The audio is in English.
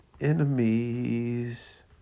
enemies